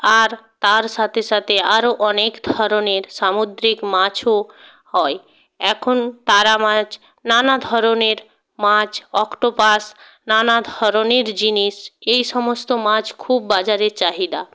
আর তার সাথে সাথে আরও অনেক ধরনের সামুদ্রিক মাছও হয় এখন তারা মাছ নানা ধরনের মাছ অক্টোপাস নানা ধরনের জিনিস এই সমস্ত মাছ খুব বাজারে চাহিদা